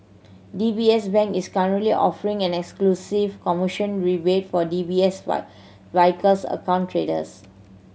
D B S Bank is currently offering an exclusive commission rebate for D B S Vickers account traders